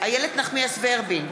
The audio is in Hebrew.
איילת נחמיאס ורבין,